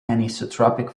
anisotropic